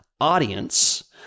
audience